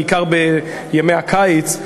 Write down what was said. בעיקר בימי הקיץ,